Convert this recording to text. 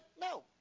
No